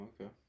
okay